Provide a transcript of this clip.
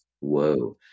Whoa